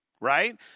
right